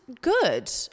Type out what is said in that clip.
good